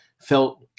felt